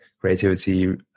creativity